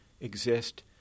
exist